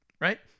right